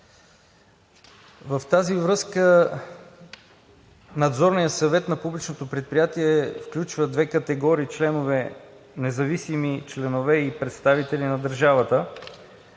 В тази връзка Надзорният съвет на публичното предприятие включва две категории независими членове и представители на държавата,